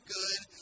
good